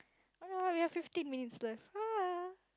alright we have fifteen minutes left haha